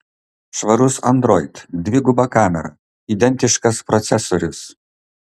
švarus android dviguba kamera identiškas procesorius